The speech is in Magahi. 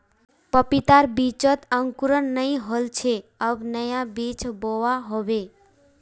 पपीतार बीजत अंकुरण नइ होल छे अब नया बीज बोवा होबे